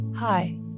Hi